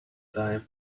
time